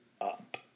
up